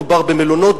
מדובר במלונות,